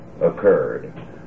occurred